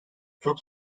çok